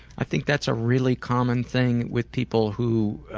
i think that's a really common thing with people who